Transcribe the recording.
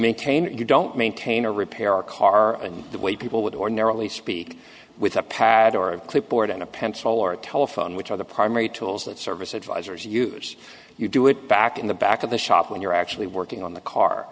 maintain if you don't maintain or repair a car in the way people would ordinarily speak with a pad or a clipboard and a pencil or a telephone which are the primary tools that service advisors use you do it back in the back of the shop when you're actually working on the car